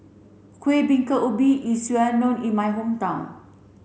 Kueh Bingka Ubi is well known in my hometown